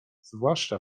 zwłaszcza